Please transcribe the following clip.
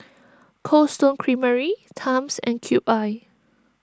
Cold Stone Creamery Times and Cube I